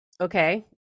okay